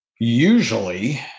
Usually